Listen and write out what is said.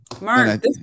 Mark